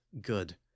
good